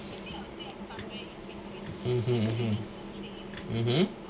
(uh huh)